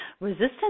resistance